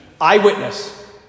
eyewitness